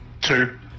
Two